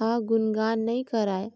ह गुनगान नइ करय